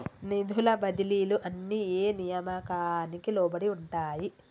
నిధుల బదిలీలు అన్ని ఏ నియామకానికి లోబడి ఉంటాయి?